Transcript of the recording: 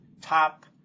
top